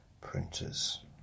printers